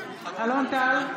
אלון טל,